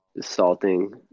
salting